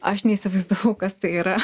aš neįsivaizdavau kas tai yra